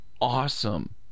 awesome